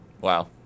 Wow